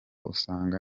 usanga